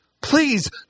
please